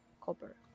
Copper